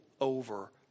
over